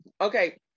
Okay